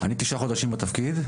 אני תשעה חודשים בתפקיד,